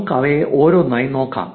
നമുക്ക് അവയെ ഓരോന്നായി നോക്കാം